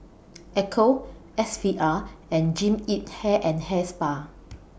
Ecco S V R and Jean Yip Hair and Hair Spa